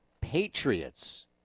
Patriots